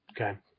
Okay